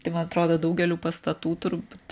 tai man atrodo daugelių pastatų turbūt